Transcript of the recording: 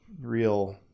real